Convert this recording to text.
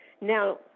now